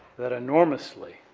that enormously